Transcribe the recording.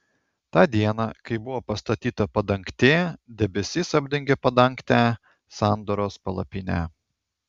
tą dieną kai buvo pastatyta padangtė debesis apdengė padangtę sandoros palapinę